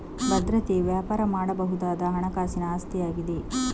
ಭದ್ರತೆಯು ವ್ಯಾಪಾರ ಮಾಡಬಹುದಾದ ಹಣಕಾಸಿನ ಆಸ್ತಿಯಾಗಿದೆ